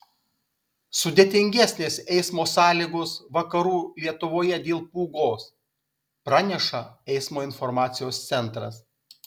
sudėtingesnės eismo sąlygos vakarų lietuvoje dėl pūgos praneša eismo informacijos centras